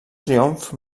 triomfs